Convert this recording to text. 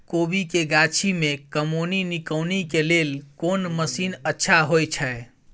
कोबी के गाछी में कमोनी निकौनी के लेल कोन मसीन अच्छा होय छै?